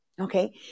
Okay